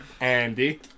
Andy